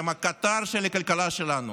הם הקטר של הכלכלה שלנו,